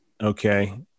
okay